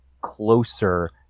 closer